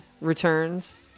returns